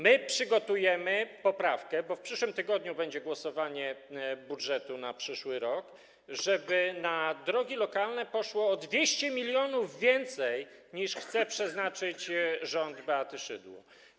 My przygotujemy poprawkę, bo w przyszłym tygodniu będzie głosowanie budżetu na przyszły rok, żeby na drogi lokalne poszło o 200 mln więcej, niż chce przeznaczyć rząd Beaty Szydło.